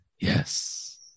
Yes